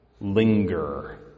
linger